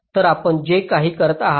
तर आपण जे काही करत आहात